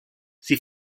sie